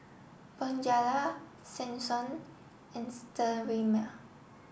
Bonjela Selsun and Sterimar